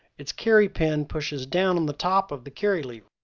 its carry pin pushes down on the top of the carry lever,